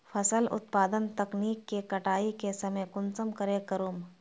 फसल उत्पादन तकनीक के कटाई के समय कुंसम करे करूम?